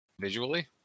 visually